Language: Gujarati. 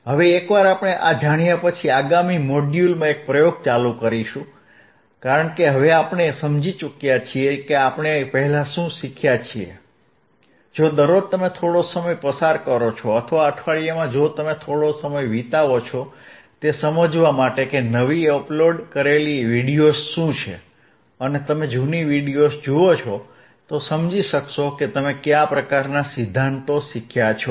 હવે એકવાર આપણે આ જાણ્યા પછી આગામી મોડ્યુલમાં એક પ્રયોગ ચાલુ રાખીશું કારણ કે હવે આપણે સમજી ચૂક્યા છીએ કે આપણે પહેલા શું શીખ્યા છીએ જો દરરોજ તમે થોડો સમય પસાર કરો છો અથવા અઠવાડિયામાં જો તમે થોડો સમય વિતાવો છો તે સમજવા માટે કે નવી અપલોડ કરેલી વિડિઓઝ શું છે અને તમે જૂની વિડિઓઝ જુઓ તો સમજી શકશો કે તમે કયા પ્રકારનાં સિદ્ધાંતો શીખ્યા છો